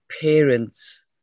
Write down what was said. parents